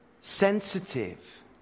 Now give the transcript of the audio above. sensitive